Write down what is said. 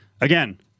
again